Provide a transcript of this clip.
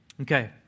Okay